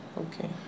Okay